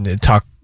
talk